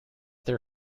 their